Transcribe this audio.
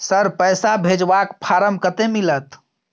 Sir, पैसा भेजबाक form कत्ते मिलत?